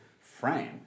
frame